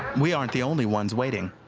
we aren't the only ones waiting.